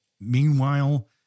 meanwhile